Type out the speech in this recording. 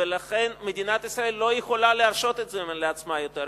ולכן מדינת ישראל לא יכולה להרשות את זה לעצמה יותר.